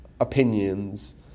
Opinions